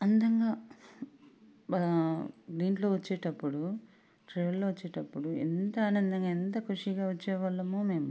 అందంగా బా దీంట్లో వచ్చేటప్పుడు ట్రైన్లో వచ్చేటప్పుడు ఎంత ఆనందంగా ఎంత ఖుషీగా వచ్చే వాళ్ళమో మేము